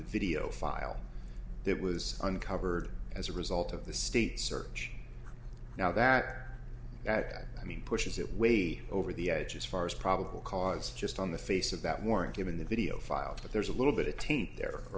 video file that was uncovered as a result of the state search now that that i mean pushes it way over the edge as far as probable cause just on the face of that warrant given the video file that there's a little bit of teeth there are